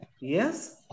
Yes